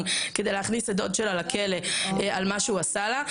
לכדי להכניס את דוד שלה לכלא על מה שהוא עשה לה,